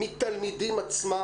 מהתלמידים עצמם.